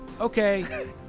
okay